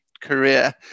career